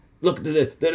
look